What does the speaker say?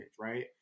right